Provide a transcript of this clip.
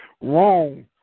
wrong